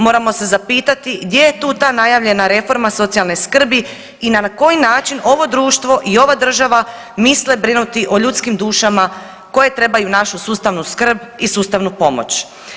Moramo se zapitati gdje je tu ta najavljena reforma socijalne skrbi i na koji način ovo društvo i ova država misle brinuti o ljudskim dušama koje trebaju našu sustavnu skrb i sustavnu pomoć.